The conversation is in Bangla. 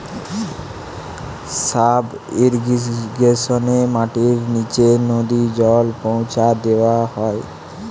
সাব ইর্রিগেশনে মাটির নিচে নদী জল পৌঁছা দেওয়া হয়